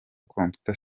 computer